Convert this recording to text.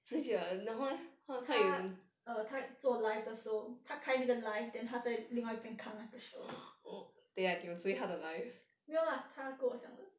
他 err 他做 live 的时候他开那个 live then 他在另外一边看那个 show 没有 lah 他跟我讲的